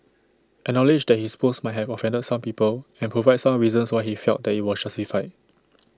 acknowledge that his post might have offended some people and provide some reasons why he felt that IT was justified